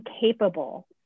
capable